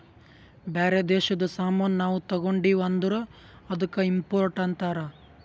ಬ್ಯಾರೆ ದೇಶದು ಸಾಮಾನ್ ನಾವು ತಗೊಂಡಿವ್ ಅಂದುರ್ ಅದ್ದುಕ ಇಂಪೋರ್ಟ್ ಅಂತಾರ್